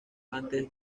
antes